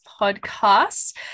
podcast